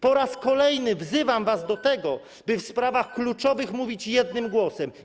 Po raz kolejny wzywam was do tego, by w sprawach kluczowych mówić jednym głosem.